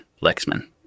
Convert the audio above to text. Lexman